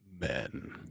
men